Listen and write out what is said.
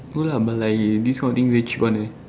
no lah but like this kind of thing cheap one leh